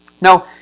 Now